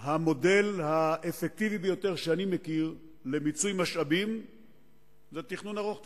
המודל האפקטיבי ביותר שאני מכיר למיצוי משאבים זה תכנון ארוך טווח,